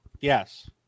Yes